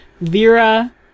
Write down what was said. Vera